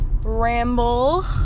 ramble